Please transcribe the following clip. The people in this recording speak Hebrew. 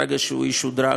ברגע שהוא ישודרג